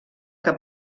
que